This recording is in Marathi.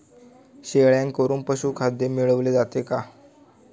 शेळ्यांकडून पशुखाद्य मिळवले जाते का?